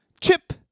Chip